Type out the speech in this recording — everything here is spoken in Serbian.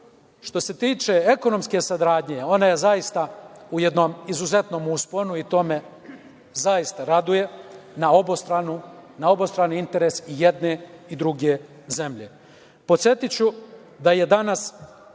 se tiče ekonomske saradnje, ona je zaista u jednom izuzetnom usponu i to me zaista raduje na obostran interes jedne i druge zemlje. Podsetiću da je danas